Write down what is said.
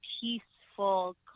peaceful